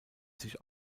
sich